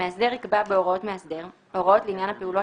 המאסדר יקבע בהוראות מאסדר הוראות לעניין הפעולות